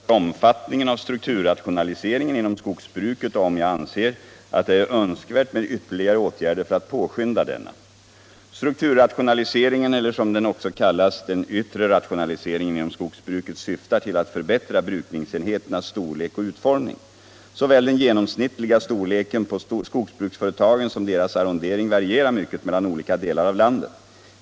Fru talman! Herr Wikner har frågat mig om jag vill redogöra för omfattningen av strukturrationaliseringen inom skogsbruket och om jag anser att det är önskvärt med ytterligare åtgärder för att påskynda denna. Strukturrationaliseringen eller, som den också kallas, den yttre rationaliseringen inom skogsbruket syftar till att förbättra brukningsenheternas storlek och utformning. Såväl den genomsnittliga storleken på skogsbruksföretagen som deras arrondering varierar mycket mellan olika delar av landet.